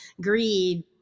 greed